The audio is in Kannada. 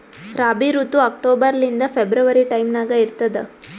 ರಾಬಿ ಋತು ಅಕ್ಟೋಬರ್ ಲಿಂದ ಫೆಬ್ರವರಿ ಟೈಮ್ ನಾಗ ಇರ್ತದ